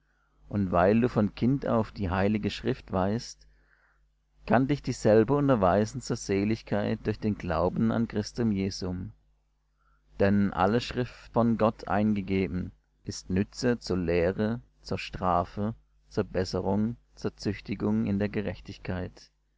und weil du von kind auf die heilige schrift weißt kann dich dieselbe unterweisen zur seligkeit durch den glauben an christum jesum denn alle schrift von gott eingegeben ist nütze zur lehre zur strafe zur besserung zur züchtigung in der gerechtigkeit